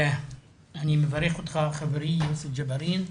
אני מברך אותך, חברי יוסף ג'בארין,